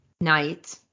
night